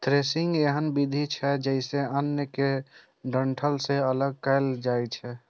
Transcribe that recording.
threshing एहन विधि छियै, जइसे अन्न कें डंठल सं अगल कैल जाए छै